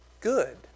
good